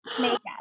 makeup